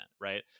right